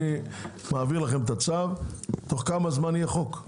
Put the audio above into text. אני מעביר לכם את הצו תוך כמה זמן יהיה חוק?